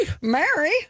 Mary